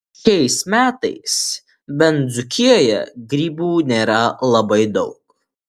šiais metais bent dzūkijoje grybų nėra labai daug